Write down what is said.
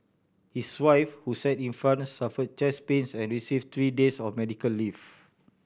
his wife who sat in front suffer chest pains and receive three days of medical leave